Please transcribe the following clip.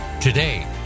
Today